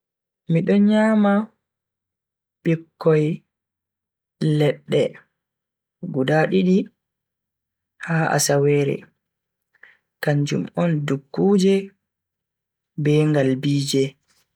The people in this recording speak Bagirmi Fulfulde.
Mido nyama bikkoi ledda guda didi ha asawere kanjum on dukkuje be ngalbiije.